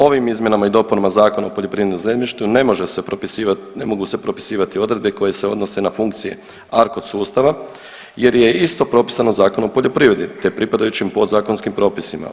Ovim izmjenama i dopunama Zakona o poljoprivrednom zemljištu ne mogu se propisivati odredbe koje se odnose na funkcije ARKOD sustava jer je isto propisano Zakonom o poljoprivredi te pripadajućim podzakonskim propisima.